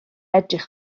edrych